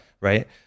right